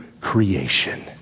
creation